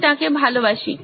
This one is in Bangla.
আমি তাঁকে ভালোবাসি